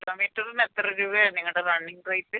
കിലോമീറ്ററിന് എത്ര രൂപയാണ് നിങ്ങളുടെ റണ്ണിങ് റേയ്റ്റ്